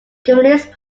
communist